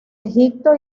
egipto